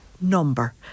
number